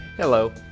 Hello